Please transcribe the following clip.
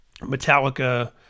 Metallica